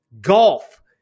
golf